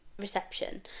reception